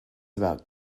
about